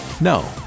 No